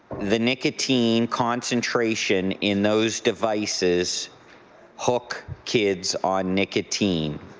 the nicotine concentration in those devices hook kids on nicotine.